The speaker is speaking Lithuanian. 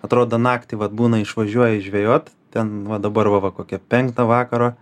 atrodo naktį vat būna išvažiuoji žvejot ten va dabar va kokią penktą vakaro